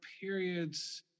periods